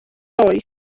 doi